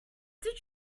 did